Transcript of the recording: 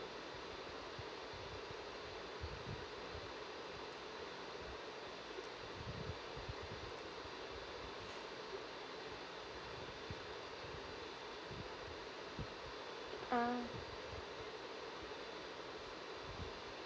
uh